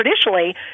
traditionally